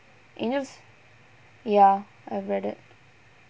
angels ya I've read it